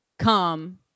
come